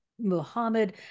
Muhammad